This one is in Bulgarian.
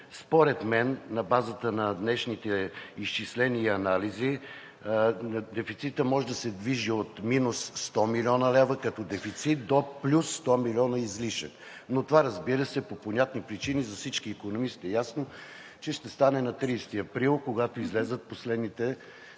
Според мен на база на днешните изчисления и анализи дефицитът може да се движи от минус 100 млн. лв. до плюс 100 милиона излишък. Но това, разбира се – по понятни причини, е ясно за всички икономисти, че ще стане на 30 април, когато излязат последните данни